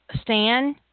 Stan